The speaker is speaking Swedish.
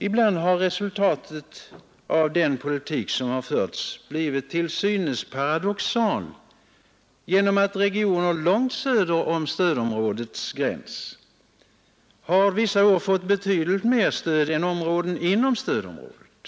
Ibland har resultatet av den politik som förts blivit till synes paradoxal genom att regioner långt söder om stödområdets gräns vissa år fått betydligt mer stöd än områden inom stödområdet.